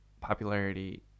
popularity